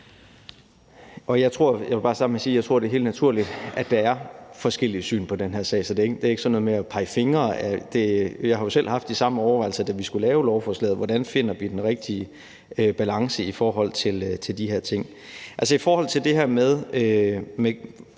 jeg tror, at det er naturligt, at der er forskellige syn på den her sag, så det er ikke noget med at pege fingre. Vi har jo selv haft de samme overvejelser, da vi skulle lave lovforslaget, om, hvordan vi kunne finde den rigtige balance i forhold til de her ting. I forhold til f.eks. det med